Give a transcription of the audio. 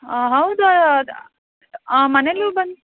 ಹಾಂ ಹೌದು ಅದು ಹಾಂ ಮನೆಲ್ಲು ಬಂದು